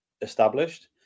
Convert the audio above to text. established